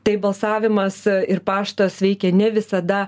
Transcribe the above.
tai balsavimas ir paštas veikė ne visada